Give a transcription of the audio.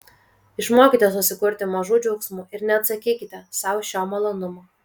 išmokite susikurti mažų džiaugsmų ir neatsakykite sau šio malonumo